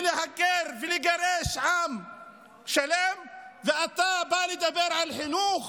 ולהגר ולגרש עם שלם, ואתה בא לדבר על חינוך?